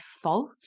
fault